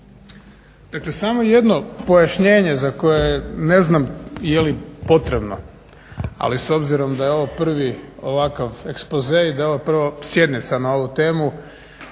Dakle samo jedno pojašnjenje za koje ne znam jeli potrebno, ali s obzirom da je ovo prvi ovakav ekspoze i da je ovo prvo sjednica na ovu temu,